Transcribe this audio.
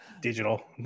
Digital